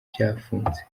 byafunze